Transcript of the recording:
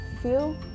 feel